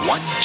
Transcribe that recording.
One